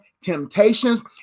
temptations